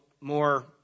more